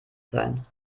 sein